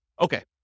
Okay